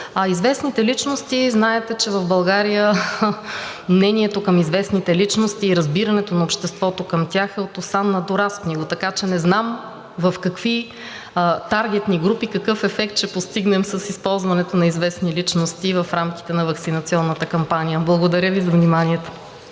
Известните личности – знаете, че в България мнението за известните личности и разбирането на обществото към тях е от осанна до разпни го. Така че не знам в какви таргетни групи какъв ефект ще постигнем с използването на известни личности в рамките на ваксинационната кампания. Благодаря Ви за вниманието.